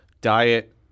Diet